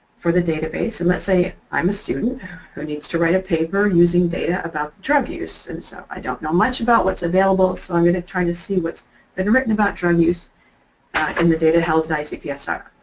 for the database and let's say i'm a student who needs to write a paper using data about drug use and so i don't know much about what's available so i'm going to try to see what's been written about drug use in the data held at icpsr.